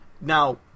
Now